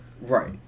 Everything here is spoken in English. Right